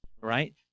right